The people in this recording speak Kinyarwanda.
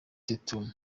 tatum